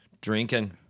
drinking